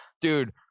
dude